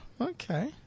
okay